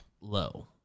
low